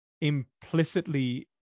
implicitly